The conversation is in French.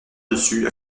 dessus